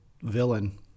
villain